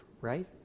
right